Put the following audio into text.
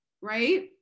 right